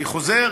אני חוזר,